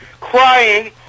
crying